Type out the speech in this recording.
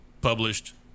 published